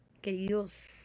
queridos